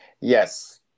Yes